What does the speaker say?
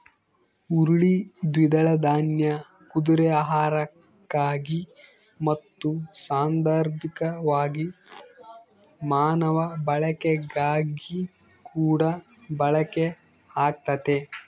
ಹುರುಳಿ ದ್ವಿದಳ ದಾನ್ಯ ಕುದುರೆ ಆಹಾರಕ್ಕಾಗಿ ಮತ್ತು ಸಾಂದರ್ಭಿಕವಾಗಿ ಮಾನವ ಬಳಕೆಗಾಗಿಕೂಡ ಬಳಕೆ ಆಗ್ತತೆ